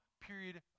period